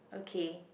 okay